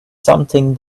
something